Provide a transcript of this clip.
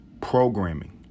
programming